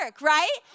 right